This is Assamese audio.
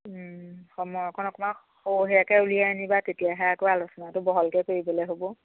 সময় অকণ অকমান সৰহীয়াকৈ উলিয়াই আনিবা তেতিয়াহে আকৌ আলোচনাটো বহলকৈ কৰিবলৈ হ'ব